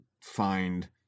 find